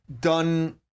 done